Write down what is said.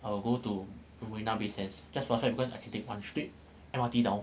I will go to marina bay sands just for the fact because I can take one straight M_R_T down